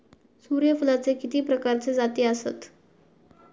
सूर्यफूलाचे किती प्रकारचे जाती आसत?